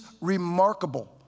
Remarkable